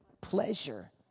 pleasure